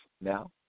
now